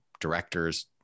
directors